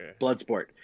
Bloodsport